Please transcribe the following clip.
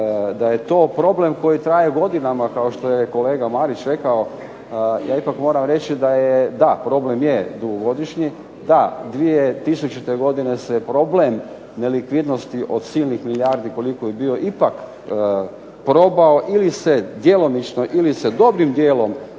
da je to problem koji traje godinama kao što je kolega Marić rekao. Ja ipak moram reći da je da, problem je dugogodišnji. Da, 2000. godine se problem nelikvidnosti od silnih milijardi koliko je bio ipak probao ili se djelomično ili se dobrim dijelom